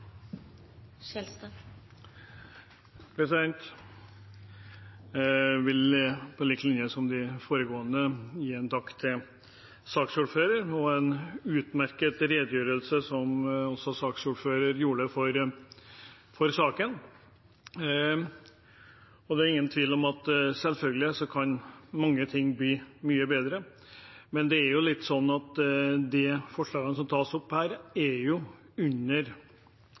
vil på lik linje med de foregående gi en takk til saksordføreren for en utmerket redegjørelse for saken. Det er ingen tvil om at mange ting selvfølgelig kan bli mye bedre, men det er jo litt slik at de forslagene som tas opp her, er under